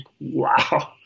wow